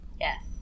Yes